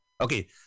Okay